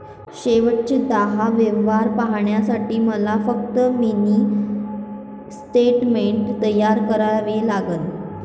शेवटचे दहा व्यवहार पाहण्यासाठी मला फक्त मिनी स्टेटमेंट तयार करावे लागेल